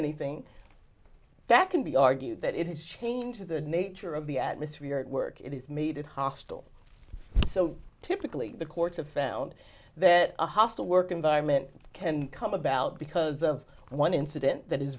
anything that can be argued that it has changed the nature of the atmosphere at work it has made it hostile so typically the courts have found that a hostile work environment can come about because of one incident that